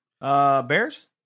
Bears